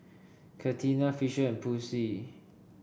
Catina Fisher and Posey